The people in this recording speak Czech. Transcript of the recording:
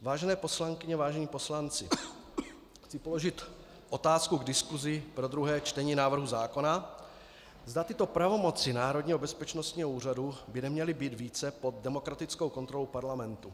Vážené poslankyně, vážení poslanci, chci položit otázku k diskusi pro druhé čtení návrhu zákona, zda tyto pravomoci Národního bezpečnostního úřadu by neměly být více pod demokratickou kontrolou parlamentu.